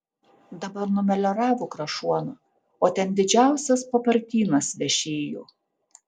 dabar numelioravo krašuoną o ten didžiausias papartynas vešėjo